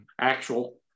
actual